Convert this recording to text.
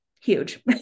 huge